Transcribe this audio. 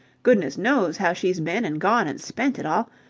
goodness knows how she's been and gone and spent it all.